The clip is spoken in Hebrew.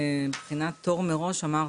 מבחינת תור מראש, אמרתי,